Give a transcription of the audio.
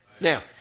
Now